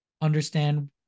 understand